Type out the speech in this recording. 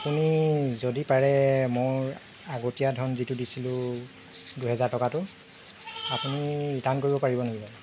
আপুনি যদি পাৰে মোৰ আগতীয়া ধন যিটো দিছিলোঁ দুহেজাৰ টকাটো আপুনি ৰিটাৰ্ণ কৰিব পাৰিব নেকি বাৰু